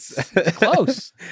close